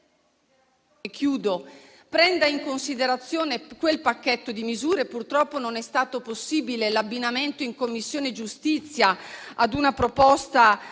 maggioranza prenda in considerazione quel pacchetto di misure; purtroppo non è stato possibile l'abbinamento in Commissione giustizia ad una proposta